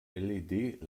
led